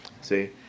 see